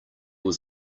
was